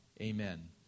Amen